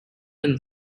and